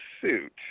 suit